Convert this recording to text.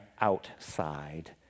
outside